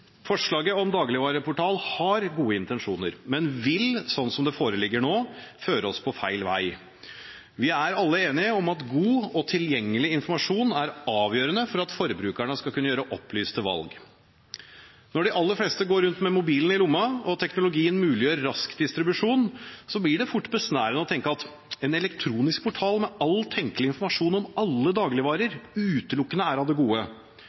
Forslaget om dagligvareportal har gode intensjoner, men vil – slik det foreligger nå – føre oss på feil vei. Vi er alle enige om at god og tilgjengelig informasjon er avgjørende for at forbrukerne skal kunne gjøre opplyste valg. Når de aller fleste går rundt med mobilen i lomma og teknologien muliggjør rask distribusjon, blir det fort besnærende å tenke at en elektronisk portal med all tenkelig informasjon om alle dagligvarer utelukkende er av det gode. Men merking av dagligvarer er viktig. Det pågår mange gode